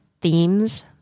themes